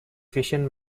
vision